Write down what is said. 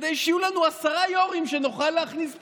כדי שיהיו לנו 10 יו"רים שנוכל להכניס פנימה,